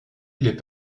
les